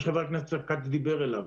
מה שחבר הכנסת אופיר כץ דיבר עליו.